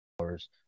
hours